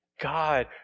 God